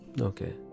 Okay